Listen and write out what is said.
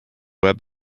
web